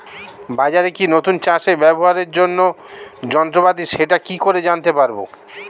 বাজারে কি নতুন চাষে ব্যবহারের জন্য যন্ত্রপাতি সেটা কি করে জানতে পারব?